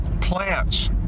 Plants